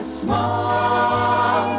small